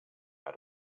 out